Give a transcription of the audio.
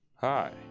hi